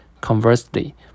Conversely